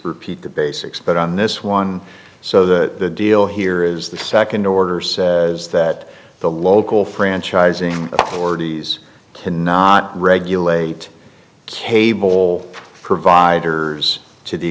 for pete the basics but on this one so the deal here is the second order says that the local franchising authorities cannot regulate cable providers to the